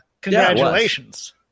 congratulations